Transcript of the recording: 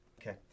Okay